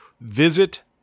visit